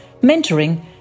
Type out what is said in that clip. mentoring